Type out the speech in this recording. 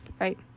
Right